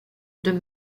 deux